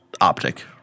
Optic